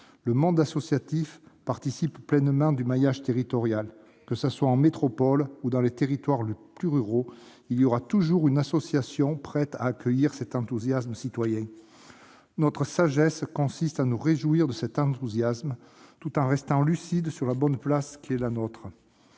Le monde associatif participe pleinement au maillage territorial : que ce soit en métropole ou dans les territoires les plus ruraux, il y aura toujours une association prête à accueillir cet enthousiasme citoyen. Notre sagesse consiste à nous réjouir de cet enthousiasme, tout en restant lucides sur la bonne place qui est la nôtre.